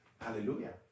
Hallelujah